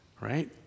right